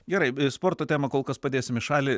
gerai sporto temą kol kas padėsim į šalį